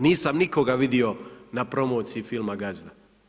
Nisam nikoga vidio na promociji filma Gazda.